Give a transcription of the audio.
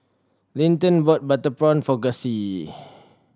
Linton bought butter prawn for Gussie